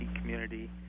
community